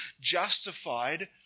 justified